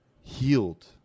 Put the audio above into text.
Healed